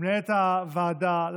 למנהלת הוועדה,